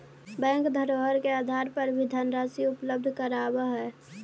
bank धरोहर के आधार पर भी धनराशि उपलब्ध करावऽ हइ